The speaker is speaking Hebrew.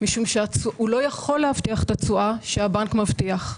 כי הוא לא יכול להבטיח את התשואה שהבנק מבטיח.